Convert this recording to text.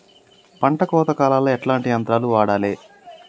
పంట కోత కాలాల్లో ఎట్లాంటి యంత్రాలు వాడాలే?